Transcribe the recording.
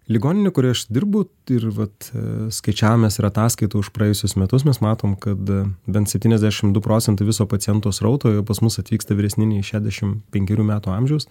ligoninių kurioj aš dirbu tai ir vat skaičiavomės ir ataskaitų už praėjusius metus mes matom kad bent septyniasdešimt du procentai viso pacientų srauto pas mus atvyksta vyresni nei šešiasdešimt penkerių metų amžiaus